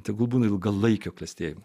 tegul būna ilgalaikio klestėjimo